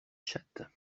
chatte